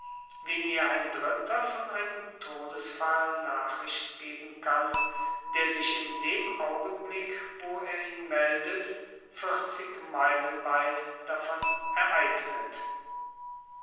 wie mir ein dritter von einem todesfall nachricht geben kann der sich in dem augenblick wo er ihn meldet vierzig meilen weit davon ereignet